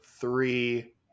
three